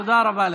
תודה רבה לך.